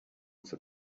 for